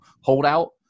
holdout